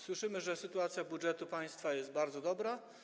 Słyszymy, że sytuacja budżetu państwa jest bardzo dobra.